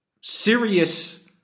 serious